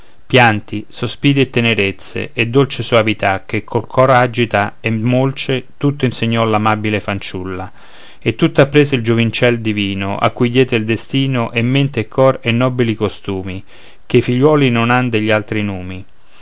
pianti sospiri e tenerezze e dolce soavità che il cor agita e molce tutto insegnò l'amabile fanciulla e tutto apprese il giovincel divino a cui diede il destino e mente e cor e nobili costumi che i figliuoli non han degli altri numi